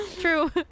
true